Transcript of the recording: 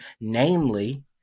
namely